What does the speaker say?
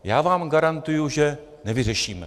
Já vám garantuji, že nevyřešíme.